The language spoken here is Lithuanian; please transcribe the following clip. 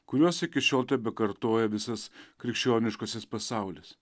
kuriuos iki šiol tebekartoja visas krikščioniškasis pasaulis